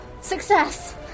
Success